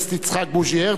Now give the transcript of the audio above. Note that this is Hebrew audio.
נא להצביע, מי בעד?